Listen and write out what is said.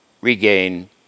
regain